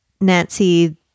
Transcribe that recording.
Nancy